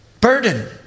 burden